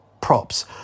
props